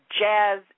jazz